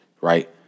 right